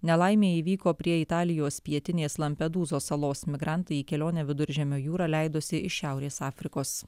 nelaimė įvyko prie italijos pietinės lampedūzos salos migrantai į kelionę viduržemio jūra leidosi iš šiaurės afrikos